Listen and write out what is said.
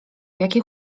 jakie